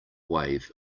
wave